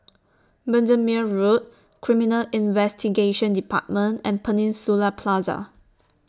Bendemeer Road Criminal Investigation department and Peninsula Plaza